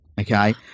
okay